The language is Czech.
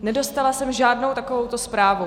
Nedostala jsem žádnou takovouto zprávu.